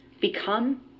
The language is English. become